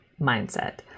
mindset